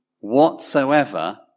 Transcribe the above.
whatsoever